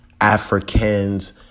Africans